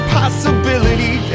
possibility